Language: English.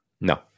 no